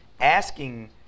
asking